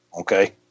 Okay